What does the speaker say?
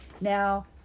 Now